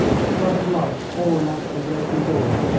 a flood of light pouring out through the open door.